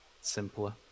simpler